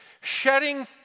shedding